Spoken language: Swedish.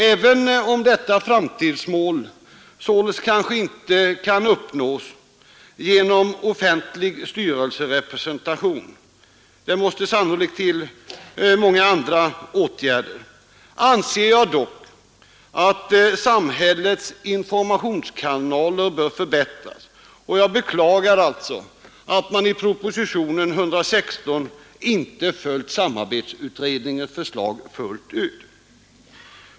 Även om detta framtidsmål således inte uppnås genom offentlig styrelserepresentation — det måste sannolikt också till många andra åtgärder — anser jag dock att samhällets informationskanaler bör förbättras. Jag beklagar därför att man i propositionen 116 inte följt samarbetsutredningens förslag fullt ut.